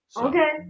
Okay